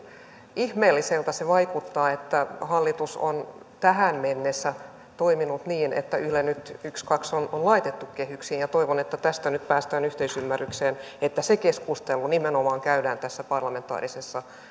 ihmeelliseltä se vaikuttaa että hallitus on tähän mennessä toiminut niin että yle nyt ykskaks on laitettu kehyksiin toivon että tästä nyt päästään yhteisymmärrykseen että se keskustelu nimenomaan käydään tässä parlamentaarisessa